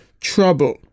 trouble